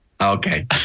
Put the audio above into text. okay